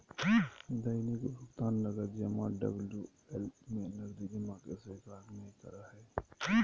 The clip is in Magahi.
दैनिक भुकतान नकद जमा डबल्यू.एल.ए में नकदी जमा के स्वीकार नय करो हइ